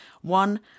One